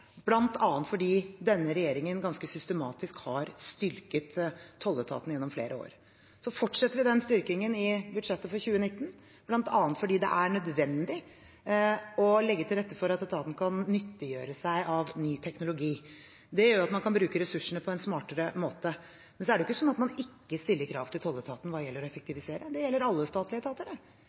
fordi denne regjeringen ganske systematisk har styrket tolletaten gjennom flere år. Og vi fortsetter styrkingen i budsjettet for 2019, bl.a. fordi det er nødvendig å legge til rette for at etaten kan nyttiggjøre seg ny teknologi. Det gjør at man kan bruke ressursene på en smartere måte. Men det er ikke slik at man ikke stiller krav til tolletaten hva gjelder å effektivisere. Det gjelder alle statlige etater.